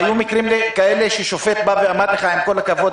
היו מקרים כאלה ששופט אמר לך: עם כל הכבוד,